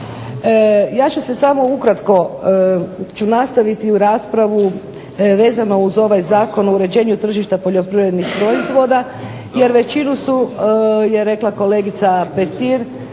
ja ću samo ukratko ću nastaviti raspravu vezano uz ovaj Zakon o uređenju tržišta poljoprivrednih proizvoda jer većinu je rekla kolegica Petir,